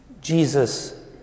Jesus